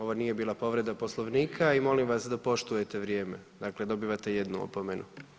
Ovo nije bila povreda Poslovnika i molim vas da poštujete vrijeme, dakle dobivate jednu opomenu.